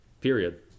period